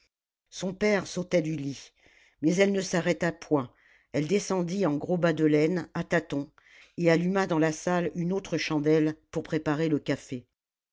son père sautait du lit mais elle ne s'arrêta point elle descendit en gros bas de laine à tâtons et alluma dans la salle une autre chandelle pour préparer le café